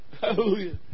Hallelujah